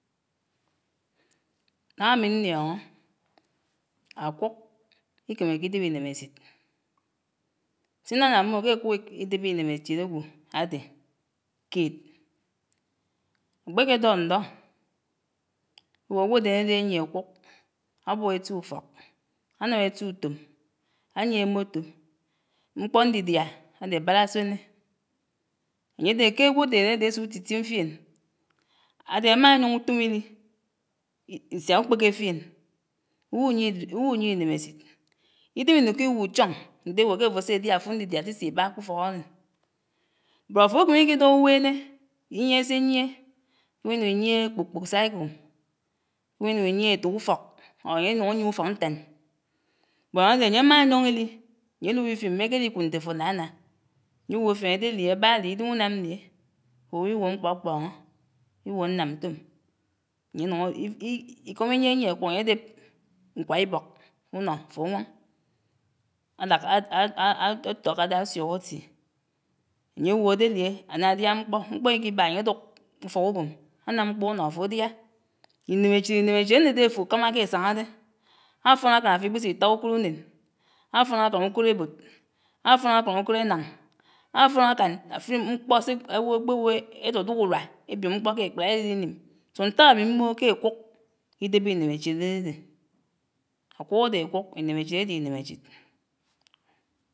Náhá ámi nióñó, ákuk ikémék'ídéb ínémésit. Sínám ná mmò ké ákuk ídébé ínéméschid ágwo ádé, kéd; ákpéké ádó ndó, éwo ké ágwodén ádé áyié ákuk, ábub éti ufók, ánám étí utom, áyié moto, mkpó ñndidiá ádé bárásuéné, áyédé k'ágwodén ádé ás'utitim fién, ádé ámáyóñ utom ílí nsiá ukpéké fién, uwu uwuh'uyié ínémésit, ídém ínuk'uwuchóñ ntéwò k'áfò ásédiá áfud ndidiá sisibá k'ufók ádé. Bót áfo ákimik'ídó unwéné íyiéhé séyié, ákiminuk iyié kpok kpok cycle, ákiminuk íyié étok ufók or áyé ánuk áyié ufók ntán, bót ádé áyémáyóñ ílí, áyé áluwib fién mékelikud nté afò ánáná, áyuwòfién ádélié? ábálié? ídém unámlié? áfòwò ígwo ámkpókpóñó, igwo ánám ntom, áyénuñ íkóm íyiéyié ákuk áyédéb ñkwá íbók unó áfowóñ ádáká átwákádá ásuk átié, áyuwò ádélié? ánádíá mkpó? mkpó íkíbàhà àyéduk ufók ubòm ánámkpó unó áfodiá, ínéméchid ínéméchid ándédé áfò kámáké ásáñá dé, áfón ákán áf'íkpísí ítá ukòd unén, áfón ákán ukod ébod, áfón ákán ukod énáñ, áfón ákán mkpó sé ágwo ékpéwo éduduk uruá ébiom mkpó k'ékpád élinim. So nták ámi mmògò ké ákuk ídébé ínéméchid ádédé. Akuk ádé ákuk inéméchid ádé ínéméchid